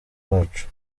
bacu